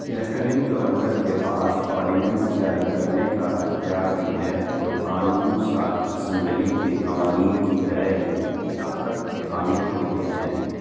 lieutenant governor کے پاس ordinance جاری کرنے کا اختیار بھی ہے جو قانون ساز اسمبلی کے قوانین کی طرح ہی طاقت کے حامل ہوتے ہیں